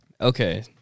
Okay